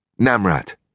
Namrat